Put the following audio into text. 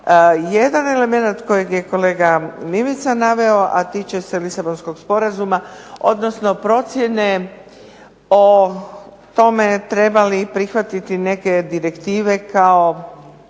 Jedan element kojeg je kolega Mimica naveo a tiče se Lisabonskog sporazuma odnosno procjene o tome treba li prihvatiti neke direktive kao